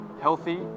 healthy